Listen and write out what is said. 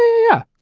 yeah.